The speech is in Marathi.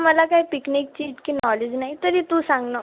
मला काय पिकनिकची इतकी नॉलेज नाही तरी तू सांग ना